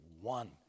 one